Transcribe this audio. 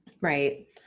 right